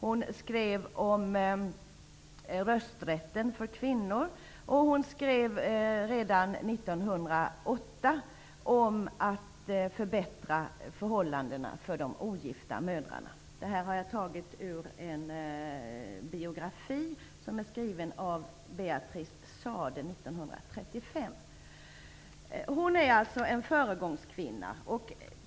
Hon skrev om kvinnors rösträtt. År 1908 skrev hon om att de ogifta mödrarnas situation skulle förbättras. Uppgifterna har jag hämtat från en biografi skriven Frida Steenhoff är alltså en föregångskvinna.